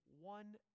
one